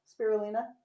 Spirulina